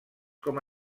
com